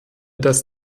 das